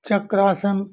चक्रासन